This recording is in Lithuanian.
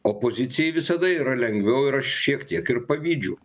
opozicijai visada yra lengviau ir aš šiek tiek ir pavydžių